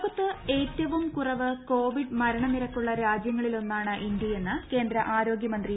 ലോകത്ത് ഏറ്റവും കുറവ് കോവിഡ് മരണ നിരക്കുള്ള രാജൃങ്ങളിലൊന്നാണ് ഇന്ത്യയെന്ന് കേന്ദ്ര ആരോഗൃമന്ത്രി ഡോ